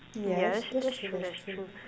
yes that's true that's true